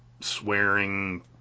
swearing